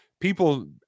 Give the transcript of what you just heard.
people